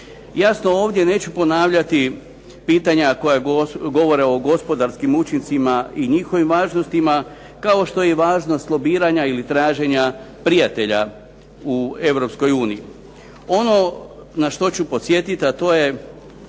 Jasno ovdje neću ponavljati pitanja koja govore o gospodarskim učincima i njihovim važnostima kao što je i važnost lobiranja ili traženja prijatelja u EU. Ono na što ću podsjetiti, a to je